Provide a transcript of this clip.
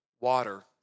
water